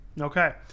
okay